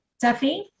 Duffy